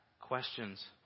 questions